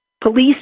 Police